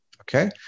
okay